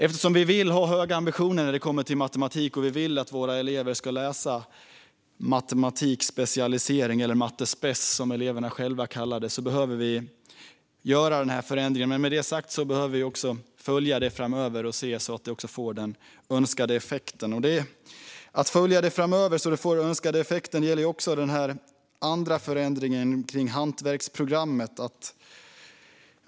Eftersom vi vill ha höga ambitioner när det kommer till matematik och vill att våra elever ska läsa matematik specialisering - eller matte spec, som eleverna själva kallar det - behöver vi göra denna förändring. Men med det sagt behöver vi också följa detta framöver och se till att det får den önskade effekten. Detta sista gäller också förändringen kring hantverksprogrammet.